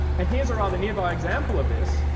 and here's a rather nearby example of this.